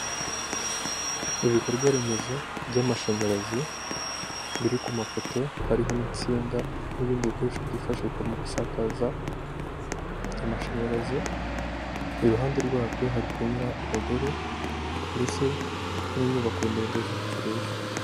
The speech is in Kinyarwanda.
Ibikorwaremezo by'amashanyarazi biri ku mapoto, hariho n'insinga n'ibindi bikoresho byifashishwa mu gusakaza amashanyarazi, iruhande rwabyo hari kunyura abagore ndetse n'inyubako ndende z'ubucuruzi.